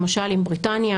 למשל עם בריטניה.